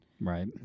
Right